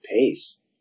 pace